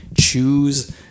choose